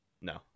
no